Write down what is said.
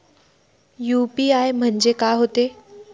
UPI म्हणजे का होते?